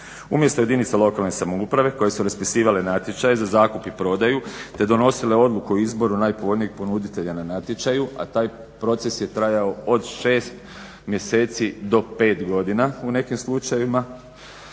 umjesto jedinica lokalne samouprave koje su raspisivale natječaj za zakup i prodaju te donosile odluku o izboru najpovoljnijeg ponuditelja na natječaju, a taj proces je trajao od 6 mjeseci do 5 godina u nekim slučajevima.